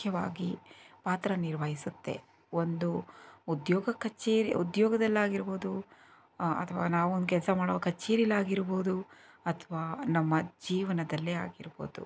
ಮುಖ್ಯವಾಗಿ ಪಾತ್ರ ನಿರ್ವಹಿಸುತ್ತೆ ಒಂದು ಉದ್ಯೋಗ ಕಚೇ ಉದ್ಯೋಗದಲ್ಲಾಗಿರ್ಬಹುದು ಅಥವಾ ನಾವೊಂದು ಕೆಲಸ ಮಾಡೋ ಕಛೇರಿಯಲ್ಲಾಗಿರಬಹುದು ಅಥವಾ ನಮ್ಮ ಜೀವನದಲ್ಲೇ ಆಗಿರಬಹುದು